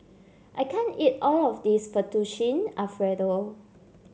I can't eat all of this Fettuccine Alfredo